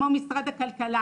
כמו משרד הכלכלה,